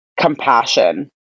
compassion